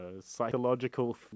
psychological